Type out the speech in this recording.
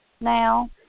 now